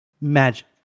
magic